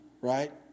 Right